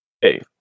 Hey